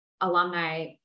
alumni